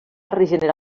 regenerar